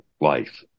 life